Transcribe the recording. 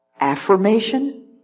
Affirmation